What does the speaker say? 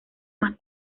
más